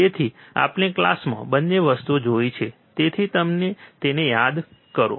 તેથી આપણે ક્લાસમાં બંને વસ્તુઓ જોઈ છે તેથી તેને યાદ કરો